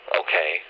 okay